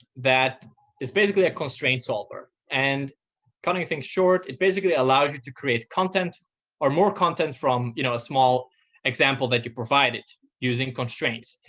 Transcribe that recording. that is basically a constraint solver. and cutting things short, it basically allows you to create content or more content from you know a small example that you provide it using constraints.